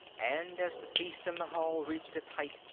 and as the feast in the hall reached its height,